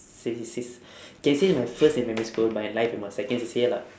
C C Cs can say it's my first in primary school but in life it was second C_C_A lah